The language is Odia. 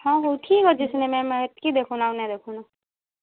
ହଁ ହଉ ଠିକ୍ ଅଛି ସେନେ ନହେନେ ଏତ୍କି ଦେଖଉନ୍ ଆଉ ନାଇ ଦେଖଉନ୍